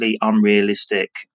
unrealistic